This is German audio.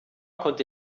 konnte